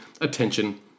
Attention